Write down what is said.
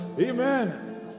Amen